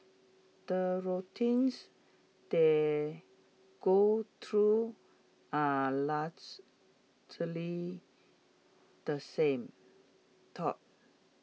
the routines they go through are largely the same